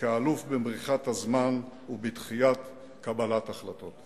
כאלוף במריחת הזמן ובדחיית קבלת החלטות.